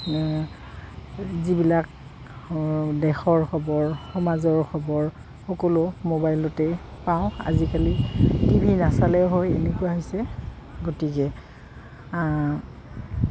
যিবিলাক দেশৰ খবৰ সমাজৰ খবৰ সকলো মোবাইলতেই পাওঁ আজিকালি টিভি নাচালেও হয় এনেকুৱা হৈছে গতিকে